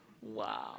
Wow